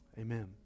amen